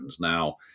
Now